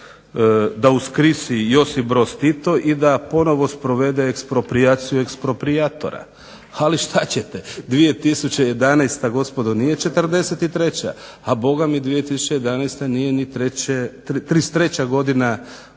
da uskrisi Josip Broz Tito i da ponovo sprovede eksproprijaciju eksproprijatora, ali šta ćete. 2011. gospodo nije '43., a bome 2011. nije ni 33. godina nove ere.